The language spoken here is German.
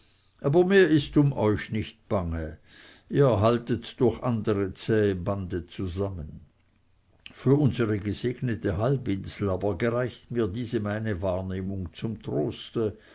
aber mir ist um euch nicht bange ihr haltet durch andere zähe bande zusammen für unsere gesegnete halbinsel aber gereicht mir diese meine wahrnehmung zum troste